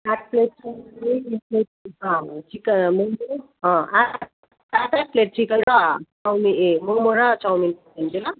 आठ plate chowmein chicken momo अँ आठ आठ आठ प्लेट चिकन र चौमी ए मोमो र चाउमिन पठाइदिन्छु ल